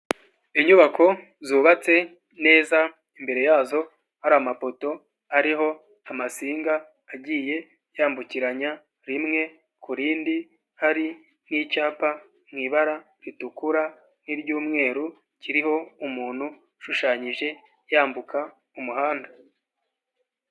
Inyubako zubatse neza imbere yazo hari amapoto ariho amasinga agiye yambukiranya rimwe kuri rindi, hari nk'icyapa mu ibara ritukura n'iry'umweru kiriho umuntu ushushanyije yambuka umuhanda.